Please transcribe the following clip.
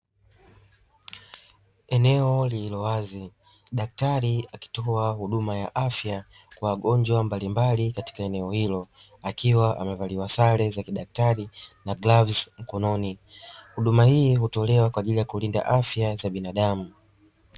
Eneo lililowazi, daktari akitoa huduma ya afya kwa wagonjwa mbalimbali katika eneo hilo, akiwa amevalia sare za kidaktari na glavu mkononi. Huduma hii hutolewa kwa ajili ya kulinda afya za binadamu.